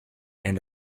and